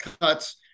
cuts